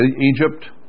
Egypt